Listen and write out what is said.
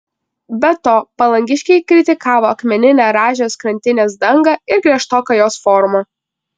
be to palangiškiai kritikavo akmeninę rąžės krantinės dangą ir griežtoką jos formą